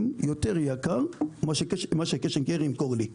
ואשלם יקר יותר מאשר מה ש-Cash and carry ימכרו לי.